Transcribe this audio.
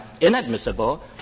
inadmissible